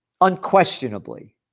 unquestionably